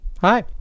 hi